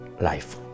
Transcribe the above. life